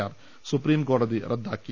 R സുപ്രീംകോടതി റദ്ദാക്കി